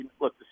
Look